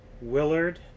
Willard